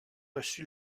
reçu